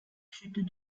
chutes